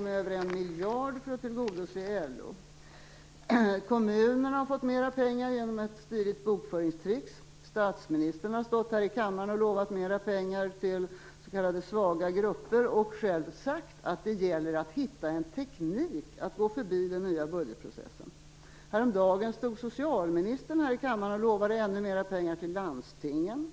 med en miljard kronor för att tillgodose LO. Kommunerna har fått mer pengar genom ett stiligt bokföringstrick. Statsministern har stått här i kammaren och lovat mer pengar till s.k. svaga grupper, och själv sagt att det gäller att hitta en teknik att gå förbi den nya budgetprocessen. Häromdagen stod socialministern här i kammaren och lovade ännu mer pengar till landstingen.